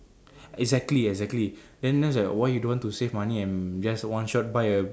exactly exactly then that's why you don't want to save money and just one shot buy a